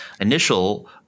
initial